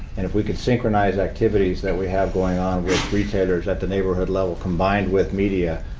and if we could synchronize activities that we have going on with retailers at the neighborhood level, combined with media,